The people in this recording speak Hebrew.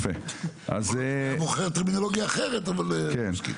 הוא היה בוחר טרמינולוגיה אחרת, אבל כן.